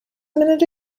minute